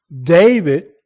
David